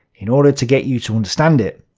in order to get you to understand it,